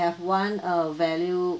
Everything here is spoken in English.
have one uh value